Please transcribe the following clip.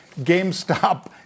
GameStop